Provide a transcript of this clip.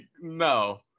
no